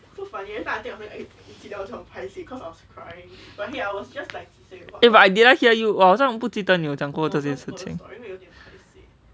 eh but did I hear you 我好像没有记得你有讲过这件事情